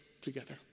together